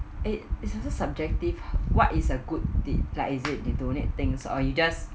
it it's also subjective what is a good deed like is it they donate things or you just